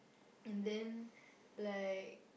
and then like